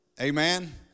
Amen